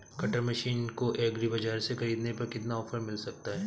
Cutter machine को agri बाजार से ख़रीदने पर कितना ऑफर मिल सकता है?